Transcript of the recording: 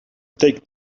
take